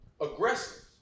aggressive